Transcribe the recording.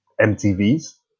MTV's